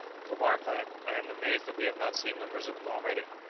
for my part, i am amazed that we have not seen numbers of them already.